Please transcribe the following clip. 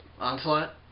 Onslaught